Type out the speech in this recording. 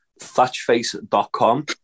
thatchface.com